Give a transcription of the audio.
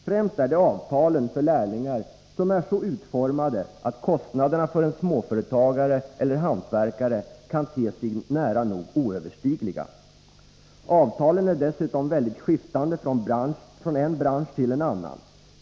Främst är det avtalen för lärlingar som är så utformade att kostnaderna för en småföretagare eller hantverkare kan te sig nära nog oöverstigliga. Avtalen är dessutom väldigt skiftande från en bransch till en annan.